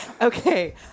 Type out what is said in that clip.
okay